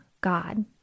God